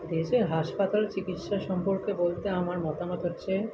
দেশের হাসপাতাল চিকিৎসা সম্পর্কে বলতে আমার মতামত হচ্ছে